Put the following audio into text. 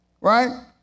right